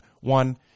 One